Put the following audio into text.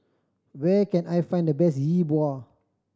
where can I find the best Yi Bua